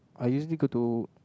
I usually go to